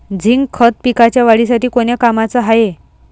Zinc खत पिकाच्या वाढीसाठी कोन्या कामाचं हाये?